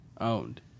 owned